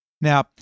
Now